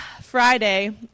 Friday